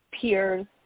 peers